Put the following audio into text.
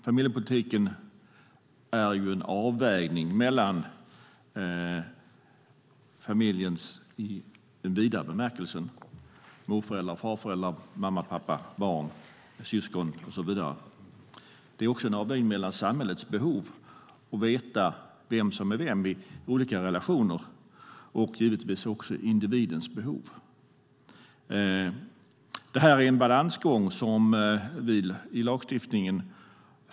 Familjepolitik handlar om en avvägning mellan familjen i den vidare bemärkelsen, mor och farföräldrar, mamma, pappa, barn, syskon och så vidare, samhällets behov att veta vem som är vem i olika relationer och individens behov. Det här är en balansgång som vi får ta hand om i lagstiftningen.